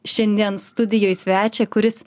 šiandien studijoj svečią kuris